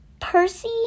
Percy